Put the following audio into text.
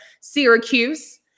Syracuse